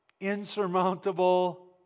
insurmountable